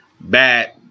Bad